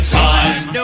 time